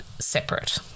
separate